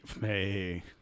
Hey